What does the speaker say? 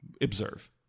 observe